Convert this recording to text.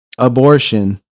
abortion